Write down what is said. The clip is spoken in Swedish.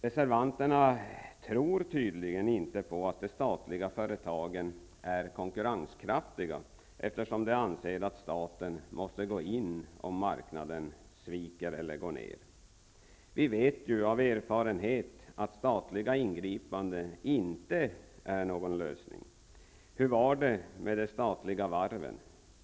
Reservanterna tror tydligen inte att de statliga företagen är konkurrenskraftiga, eftersom de anser att staten måste gå in om marknaden sviker eller går ned. Vi vet ju av erfarenhet att statliga ingripanden inte är någon lösning. Hur var det med de statliga varven?